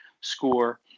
score